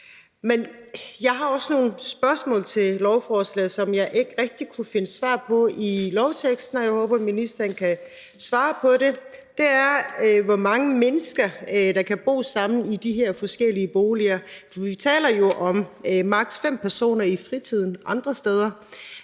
jeg har også nogle spørgsmål til lovforslaget, som jeg ikke rigtig har kunnet finde svar på i lovteksten, og jeg håber, at ministeren kan svare på det, nemlig hvor mange mennesker der kan bo sammen i de her forskellige boliger, for vi taler jo om maks. fem personer i fritiden andre steder.